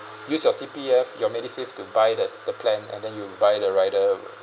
use your C_P_F your MediSave to buy the the plan and then you buy the rider uh